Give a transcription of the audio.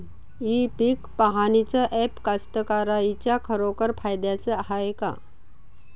इ पीक पहानीचं ॲप कास्तकाराइच्या खरोखर फायद्याचं हाये का?